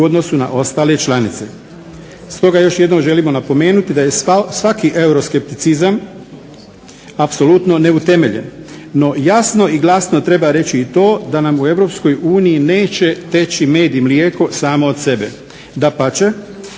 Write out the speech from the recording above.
u odnosu na ostale članice. Stoga još jednom želimo napomenuti da je svaki euroskepticizam apsolutno neutemeljen. No jasno i glasno treba reći i to da nam u Europskoj uniji neće teći med i mlijeko samo od sebe, dapače